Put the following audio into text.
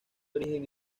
origen